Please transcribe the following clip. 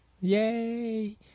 Yay